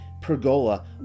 pergola